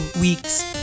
weeks